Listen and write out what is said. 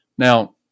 Now